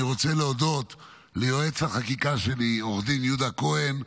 אני רוצה להודות ליועץ החקיקה שלי עורך דין יהודה כהן,